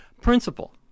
Principle